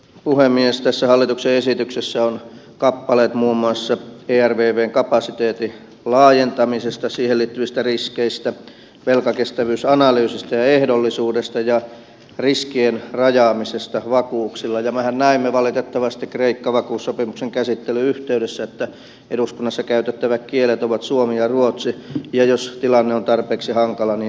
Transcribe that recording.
tässä hallituksen esityksessä on kappaleet muun muassa ervvn kapasiteetin laajentamisesta siihen liittyvistä riskeistä velkakestävyysanalyysistä ja ehdollisuudesta ja riskien rajaamisesta vakuuksilla ja mehän näimme valitettavasti kreikka vakuussopimuksen käsittelyn yhteydessä että eduskunnassa käytettävät kielet ovat suomi ja ruotsi ja jos tilanne on tarpeeksi hankala myös englanti